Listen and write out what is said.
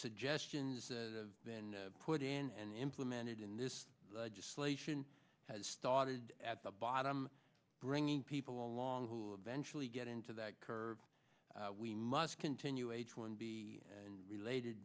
suggestions that have been put in and implemented in this legislation has started at the bottom bringing people along who have vengefully get into that curve we must continue h one b and related